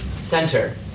center